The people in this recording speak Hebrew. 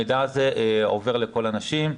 המידע הזה עובר לכל הנשים.